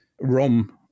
ROM